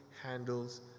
handles